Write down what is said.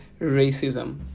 racism